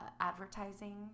advertising